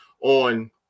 on